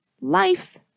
life